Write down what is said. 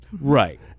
Right